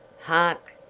hark!